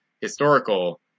historical